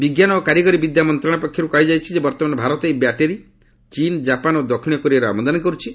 ବିଜ୍ଞାନ ଓ କାରିଗରୀ ବିଦ୍ୟା ମନ୍ତ୍ରଣାଳୟ ପକ୍ଷରୁ କୁହାଯାଇଛି ଯେ ବର୍ତ୍ତମାନ ଭାରତ ଏହି ବ୍ୟାଟେରୀ ଚୀନ୍ ଜାପାନ ଓ ଦକ୍ଷିଣ କୋରିଆରୁ ଆମଦାନୀ କରୁଛି